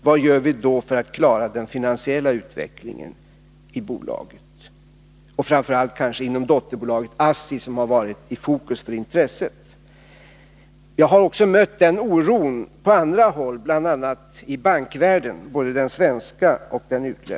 Vad gör vi då för att klara den finansiella utvecklingen i bolaget, och framför allt kanske inom dotterbolaget ASSI, som har varit i fokus för intresset? Jag har också mött den oron på andra håll, bl.a. i bankvärlden, både i den svenska och i den utländska.